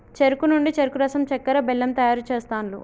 చెరుకు నుండి చెరుకు రసం చెక్కర, బెల్లం తయారు చేస్తాండ్లు